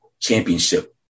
championship